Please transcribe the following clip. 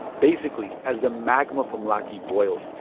basically, as the magma from laki boiled,